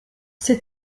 ces